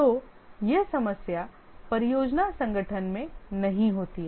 तो यह समस्या परियोजना संगठन में नहीं होती है